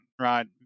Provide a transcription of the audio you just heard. right